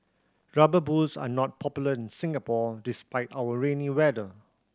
Rubber Boots are not popular in Singapore despite our rainy weather